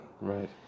Right